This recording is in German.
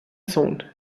sohn